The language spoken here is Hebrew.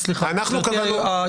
על מה?